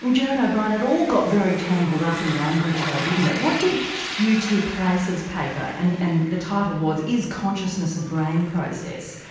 um gerard o'brien it all got very tangled up in language though didn't it. what did u. t. place's paper, and the and the title was is consciousness a brain process,